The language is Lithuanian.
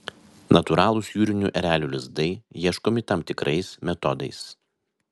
natūralūs jūrinių erelių lizdai ieškomi tam tikrais metodais